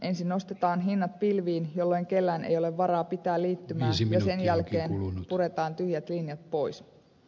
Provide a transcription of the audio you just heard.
ensin nostetaan hinnat pilviin jolloin kellään ei ole varaa pitää liittymää ja sen jälkeen puretaan tyhjät linjat pois